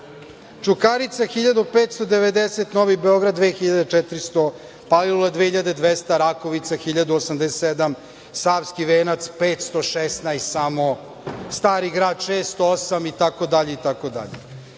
Čukarica 1590, Novi Beograd 2400, Palilula 2200, Rakovica 1087, Savski venac 516 samo, Stari grad 608 itd. Onda